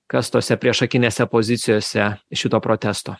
kas tose priešakinėse pozicijose šito protesto